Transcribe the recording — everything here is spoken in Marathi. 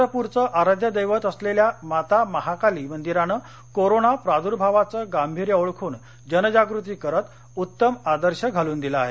चंद्रपूरचं आराध्यदैवत असलेल्या माता माहाकाली मंदिरान कोरोना प्राद्भावाचं गांभीर्य ओळखून जनजागृती करत उत्तम आदर्श घालून दिला आहे